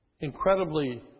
incredibly